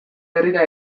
herrira